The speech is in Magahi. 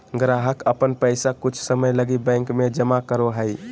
ग्राहक अपन पैसा कुछ समय लगी बैंक में जमा करो हइ